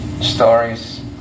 stories